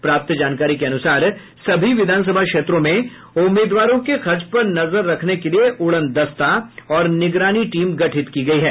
प्राप्त जानकारी के अनुसार सभी विधानसभा क्षेत्रों में उम्मीदवारों के खर्च पर नजर रखने के लिए उड़नदस्ता और निगरानी टीम गठित की गयी है